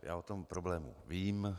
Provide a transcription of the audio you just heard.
Já o tom problému vím.